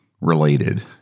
related